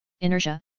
inertia